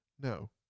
no